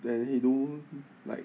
then he don't like